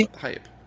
hype